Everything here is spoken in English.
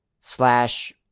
slash